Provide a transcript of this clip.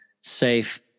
safe